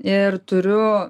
ir turiu